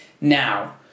now